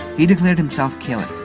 he declared himself caliph.